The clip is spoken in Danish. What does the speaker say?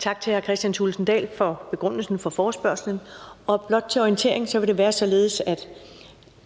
Tak til hr. Kristian Thulesen Dahl for begrundelsen for forespørgslen. Blot til orientering vil det være således, at